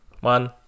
One